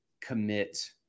commit